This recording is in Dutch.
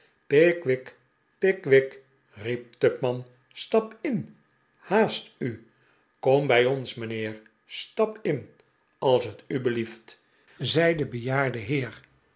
pick wick pickwick riep tupman stap in haast u kom bij ons mijnheer stap in als het u belief t zei de bejaarde heer